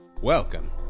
welcome